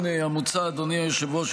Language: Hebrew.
אדוני היושב-ראש,